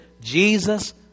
Jesus